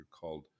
called